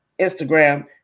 Instagram